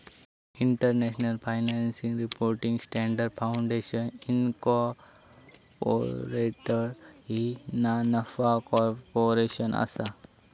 international financial reporting standards foundation incorporated ही ना नफा कॉर्पोरेशन असा